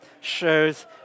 shows